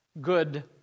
good